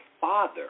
father